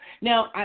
Now